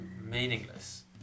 meaningless